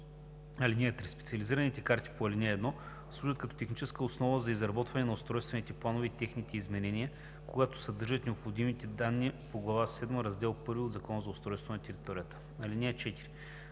регистри. (3) Специализираните карти по ал. 1 служат като техническа основа за изработване на устройствените планове и техните изменения, когато съдържат необходимите данни по глава седма, раздел първи от Закона за устройството на територията. (4)